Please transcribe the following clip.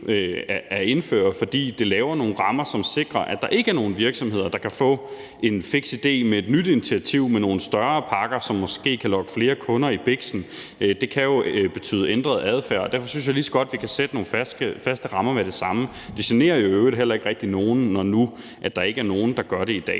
at indføre, fordi det laver nogle rammer, som sikrer, at der ikke er nogen virksomheder, der kan få en fiks idé med et nyt initiativ med nogle større pakker, som måske kan lokke flere kunder i biksen. Det kan jo betyde ændret adfærd, og derfor synes jeg, lige så godt vi kan sætte nogle faste rammer med det samme. Det generer jo i øvrigt heller ikke rigtig nogen, når nu der ikke er nogen, der gør det i dag.